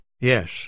Yes